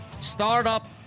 Startup